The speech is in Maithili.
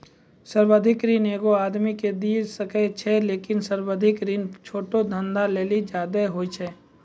सावधिक ऋण एगो आदमी के दिये सकै छै लेकिन सावधिक ऋण छोटो धंधा लेली ज्यादे होय छै